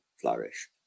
flourish